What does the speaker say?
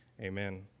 Amen